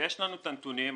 יש לנו את הנתונים,